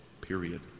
Period